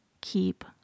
keep